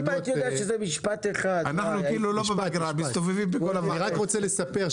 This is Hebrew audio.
אני רק רוצה לספר.